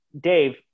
dave